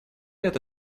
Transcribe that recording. это